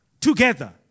together